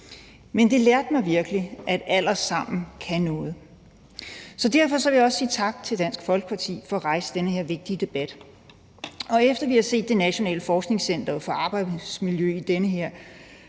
Men det lærte mig virkelig, at alder sammen kan noget. Derfor vil jeg også sige tak til Dansk Folkeparti for at rejse den her vigtige debat. Og efter at Det Nationale Forskningscenter For Arbejdsmiljø i den her